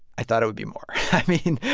i thought it would be more. i mean,